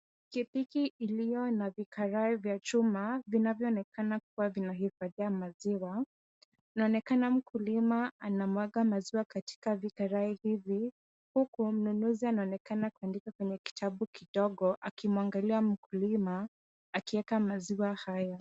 Pikipiki iliyo na vikarai vya chuma vinavyoonekana kuwa vinahifadhia maziwa. Inaonekana mkulima anamwaga maziwa katika vikarai hivi huku mnunuzi anaonekana kuandika kwenye kitabu kidogo akimwangalia mkulima akiweka maziwa hayo.